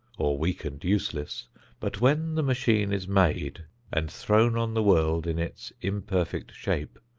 or weak and useless but when the machine is made and thrown on the world in its imperfect shape,